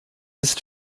ist